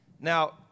Now